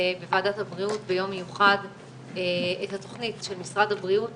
בוועדת הבריאות ביום מיוחד את התכנית של משרד הבריאות